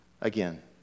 again